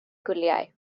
gwyliau